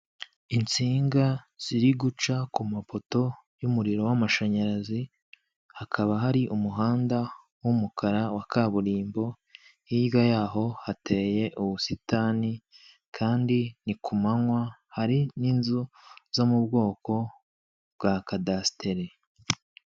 Insinga ziri guca ku mapoto y'umuriro w'amashanyarazi hakaba hari umuhanda w'umukara wa kaburimbo, hirya y'aho hateye ubusitani kandi ni ku manywa hari n'inzu zo mu bwoko bwa kadasiteri.